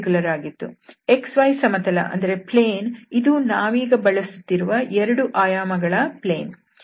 xy ಸಮತಲ ಇದು ನಾವೀಗ ಬಳಸುತ್ತಿರುವ 2 ಆಯಾಮ ಗಳ ಸಮತಲ